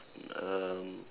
um